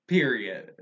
Period